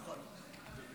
נכון.